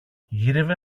γύρευε